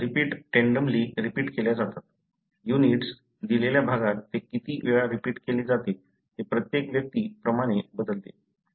कारण repeat tandemly repeat केल्या जातात युनिट्स दिलेल्या भागात ते किती वेळा रिपीट केली जाते ते प्रत्येक व्यक्ती प्रमाणे बदलते